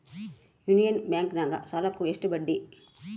Union ಬ್ಯಾಂಕಿನಾಗ ಸಾಲುಕ್ಕ ಎಷ್ಟು ಬಡ್ಡಿ?